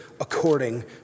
according